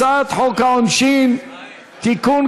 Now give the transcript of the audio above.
הצעת חוק העונשין (תיקון,